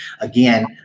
Again